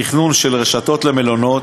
תכנון של רשתות למלונאות.